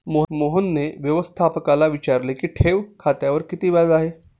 मोहनने व्यवस्थापकाला विचारले की ठेव खात्यावर किती व्याज आहे?